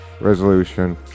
Resolution